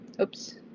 oops